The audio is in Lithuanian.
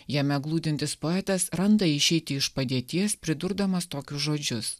jame glūdintis poetas randa išeitį iš padėties pridurdamas tokius žodžius